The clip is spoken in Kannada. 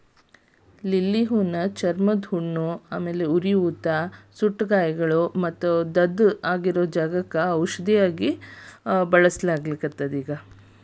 ಲಿಲ್ಲಿ ಹೂಗಳನ್ನ ಚರ್ಮದ ಹುಣ್ಣು, ಉರಿಯೂತ, ಸುಟ್ಟಗಾಯ ಮತ್ತು ದದ್ದುಗಳಿದ್ದಕ್ಕ ಔಷಧವಾಗಿ ಚಿಕಿತ್ಸೆ ಮಾಡಾಕ ಬಳಸಲಾಗುತ್ತದೆ